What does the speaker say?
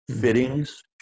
fittings